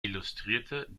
illustrierte